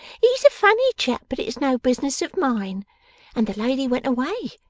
he's a funny chap, but it's no business of mine and the lady went away,